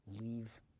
leave